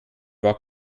war